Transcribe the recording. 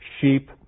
sheep